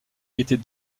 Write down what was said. était